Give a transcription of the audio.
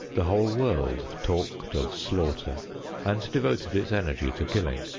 the whole world talked of slaughter and devoted its energy to killing.